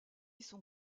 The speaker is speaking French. sont